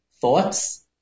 Thoughts